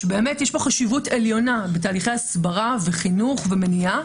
שבאמת יש פה חשיבות עליונה בתהליכי הסברה וחינוך ומניעה.